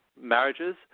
marriages